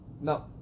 No